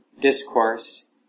discourse